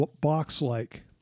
box-like